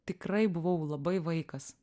tikrai buvau labai vaikas